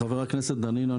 חבר הכנסת דנינו,